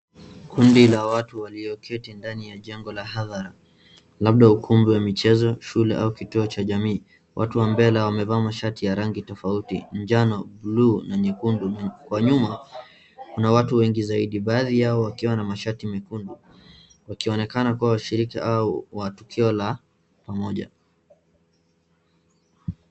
Kundi la watu walioketi ndani ya jengo la hadhara, labda ukumbi wa michezo, shule au kituo cha jamii, watu wa mbele wamevaa mashati ya rangi tofauti, njano, buluu na nyekundu na kwa nyuma kuna watu wengi zaidi, baadhi yao wakiwa na mashati mekundu, wakionekana kuwa washiriki au wa tukio la pamoja.